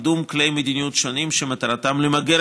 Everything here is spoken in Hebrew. קידום כלי מדיניות שונים שמטרתם למגר